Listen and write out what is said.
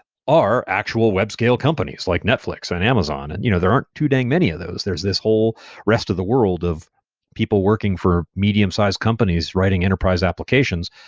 are actual web scale companies, like netflix and amazon, and you know there aren't too dang many of those. there's this whole rest of the world of people working for medium-size companies writing enterprise applications.